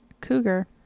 Cougar